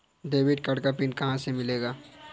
Debit card का PIN कहां से मिलेगा?